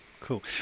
cool